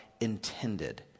intended